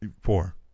four